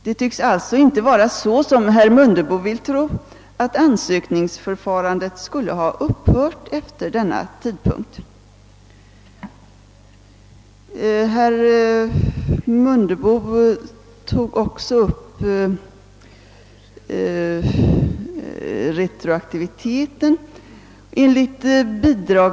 Det tycks alltså inte vara så som herr Mundebo tror, att ansökningsförfarandet skulle ha upphört efter denna tidpunkt. Herr Mundebo tog också upp möjligheten att få retroaktiva barnbidrag.